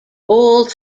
old